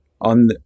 On